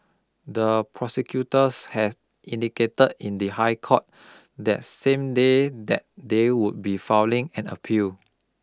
the prosecutors had indicated in the High Court that same day that they would be filing an appeal